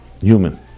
human